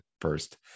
first